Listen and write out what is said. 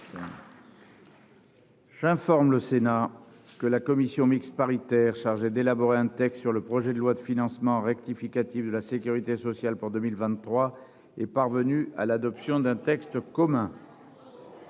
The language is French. J'informe le Sénat que la commission mixte paritaire chargée d'élaborer un texte sur le projet de loi de financement rectificatif de la Sécurité sociale pour 2023 est parvenu à l'adoption d'un texte commun.